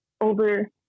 over